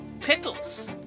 Pickles